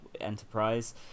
enterprise